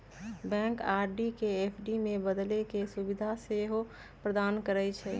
bank R D के F D में बदले के सुभीधा सेहो प्रदान करइ छइ